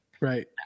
Right